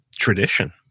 tradition